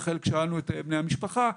בחלק שאלנו את בני המשפחה.